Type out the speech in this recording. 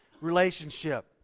relationship